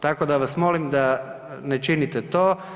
Tako da vas molim da ne činite to.